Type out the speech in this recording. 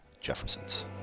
Jeffersons